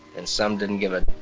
and some didn't give a